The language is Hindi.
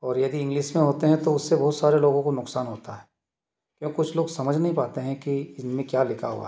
और यदि इंग्लिश में होते हैं तो उससे बहुत सारे लोग को नुकसान होता है कि कुछ लोग समझ नहीं पाते हैं कि इनमें क्या लिखा हुआ है